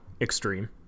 extreme